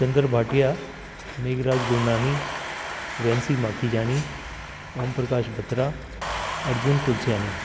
Chandra Bhatia Meghraj Gurnani Vensi Makhijani Om Prakash Batra Arjun Tulsiani